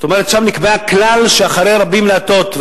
אף-על-פי-כן אחרי רבים להטות.